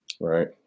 Right